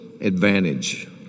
advantage